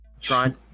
trying